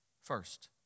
first